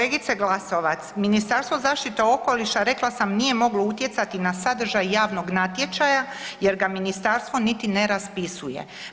Kolegice Glasovac, Ministarstvo zaštite okoliša rekla sam nije moglo utjecati na sadržaj javnog natječaja jer ga ministarstvo niti ne raspisuje.